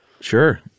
sure